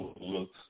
looks